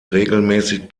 regelmäßig